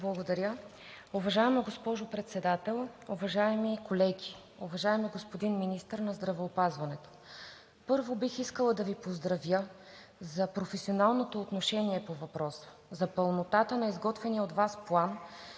Благодаря, уважаема госпожо Председател. Уважаеми колеги! Уважаеми господин Министър на здравеопазването, първо бих искала да Ви поздравя за професионалното отношение по въпроса, за пълнотата на изготвения от Вас план